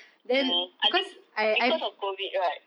mm I think because of COVID right